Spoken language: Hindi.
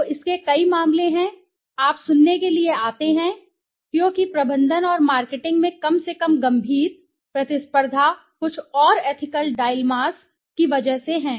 तो इसके कई मामले हैं आप सुनने के लिए आते हैं क्योंकि प्रबंधन और मार्केटिंग में कम से कम गंभीर गंभीर प्रतिस्पर्धा कुछ और एथिकल डाईलमास की वजह से है